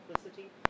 simplicity